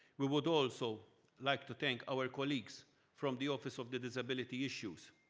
we would also like to thank our colleagues from the office of the disability issues,